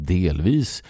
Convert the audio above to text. delvis